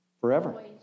Forever